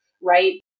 right